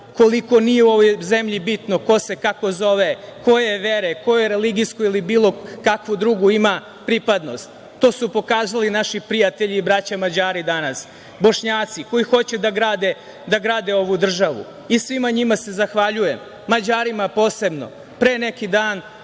koliko nije u ovoj zemlji bitno ko se kako zove, koje je vere, koju religijsku ili bilo kakvu drugu ima pripadnost. To su pokazali naši prijatelji i braća Mađari danas, Bošnjaci koji hoće da grade ovu državu. Svima njima se zahvaljujem, Mađarima posebno. Pre neki dan